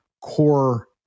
core